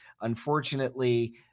unfortunately